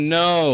no